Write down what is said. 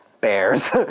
bears